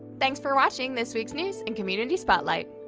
thanks for watching this week's news and community spotlight!